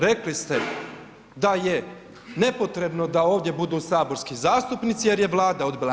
Rekli ste da je nepotrebno da ovdje budu saborski zastupnici jer je Vlada odbila.